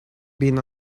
been